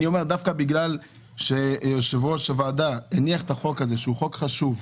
דווקא בגלל שיושב-ראש הוועדה הניח את הצעת החוק הזאת,